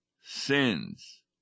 sins